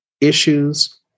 issues